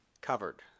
covered